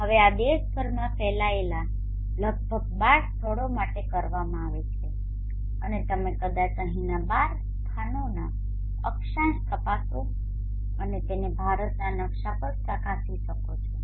હવે આ દેશભરમાં ફેલાયેલા લગભગ બાર સ્થળો માટે કરવામાં આવે છે અને તમે કદાચ અહીંના બાર સ્થાનોના અક્ષાંશ તપાસો અને તેને ભારતના નકશા પર ચકાસી શકો છો